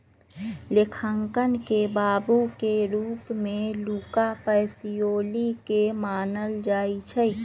लेखांकन के बाबू के रूप में लुका पैसिओली के मानल जाइ छइ